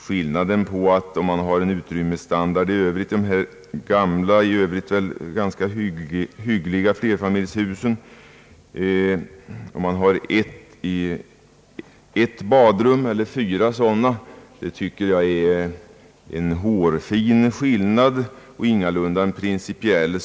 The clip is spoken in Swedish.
Skillnaden om man har ett eller fyra badrum i dessa gamla i övrigt ganska hyggliga flerfamiljshus är enligt min uppfattning hårfin, och det rör sig ingalunda om en principiell skillnad.